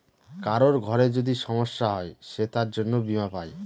কারোর ঘরে যদি সমস্যা হয় সে তার জন্য বীমা পাই